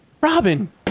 Robin